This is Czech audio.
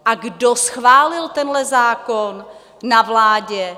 A kdo schválil tenhle zákon na vládě?